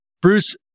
Bruce